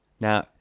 Now